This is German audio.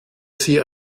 sie